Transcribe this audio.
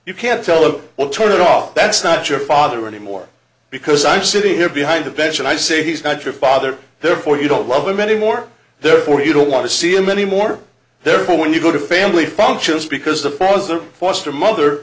you can't tell oh well turn it off that's not your father anymore because i'm sitting here behind a bench and i say he's not your father therefore you don't love him anymore therefore you don't want to see him anymore therefore when you go to family functions because a pause a foster mother